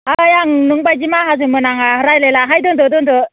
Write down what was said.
high आं नोंबायदि माहाजोनबो नाङा रायलायलाहाय दोनदो दोनदो